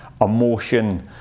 emotion